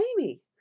amy